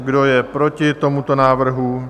Kdo je proti tomuto návrhu?